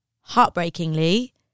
heartbreakingly